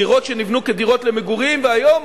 דירות שנבנו כדירות למגורים והיום